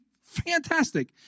fantastic